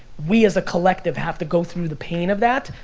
we as a collective have to go through the pain of that,